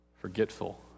forgetful